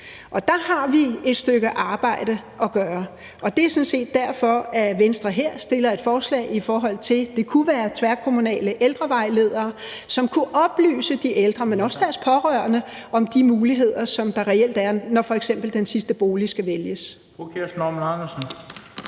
Der har vi et stykke arbejde at gøre, og det er sådan set derfor, at Venstre har fremsat et forslag, i forhold til at det kunne være tværkommunale ældrevejledere, som kunne oplyse de ældre, men også deres pårørende, om de muligheder, som der reelt er, når f.eks. den sidste bolig skal vælges.